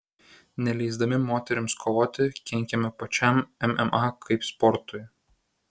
neleisdami moterims kovoti kenkiame pačiam mma kaip sportui